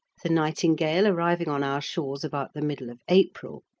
the nightingale arriving on our shores about the middle of april,